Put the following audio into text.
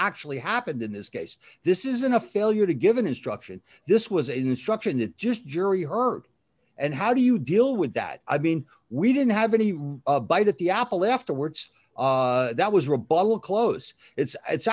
actually happened in this case this isn't a failure to give an instruction this was instruction it just jury heard and how do you deal with that i mean we didn't have any real bite at the apple afterwards that was rebuttal close it's it's